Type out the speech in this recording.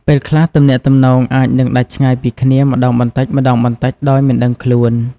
ពេលខ្លះ ទំនាក់ទំនងអាចនឹងដាច់ឆ្ងាយពីគ្នាម្ដងបន្តិចៗដោយមិនដឹងខ្លួន។